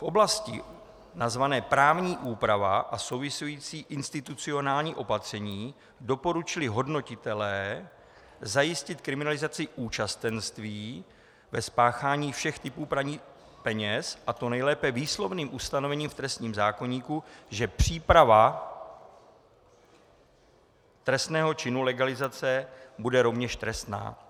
V oblasti nazvané Právní úprava a související institucionální opatření doporučili hodnotitelé zajistit kriminalizaci účastenství ve spáchání všech typů praní peněz, a to nejlépe výslovným ustanovením v trestním zákoníku, že příprava trestného činu legalizace bude rovněž trestná.